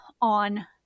on